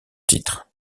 titre